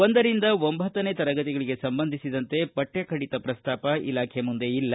ಒಂದರಿಂದ ಒಂಭತ್ತನೆ ತರಗತಿಗಳಿಗೆ ಸಂಬಂಧಿಸಿದಂತೆ ಪಕ್ಕ ಕಡಿತ ಪ್ರಸ್ತಾಪ ಇಲಾಖೆ ಮುಂದೆ ಇಲ್ಲ